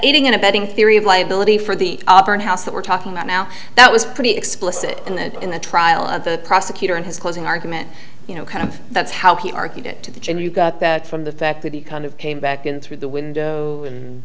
aiding and abetting theory of liability for the auburn house that we're talking about now that was pretty explicit in the in the trial of the prosecutor in his closing argument you know kind of that's how he argued it to the gym you got that from the fact that he kind of came back in through the window